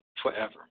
forever